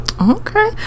Okay